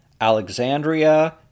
Alexandria